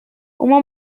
uma